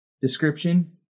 description